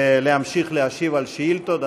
להמשיך להשיב על שאילתות,